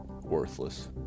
worthless